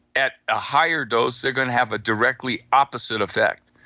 at a higher dose, they're going to have a directly opposite effect.